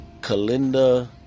Kalinda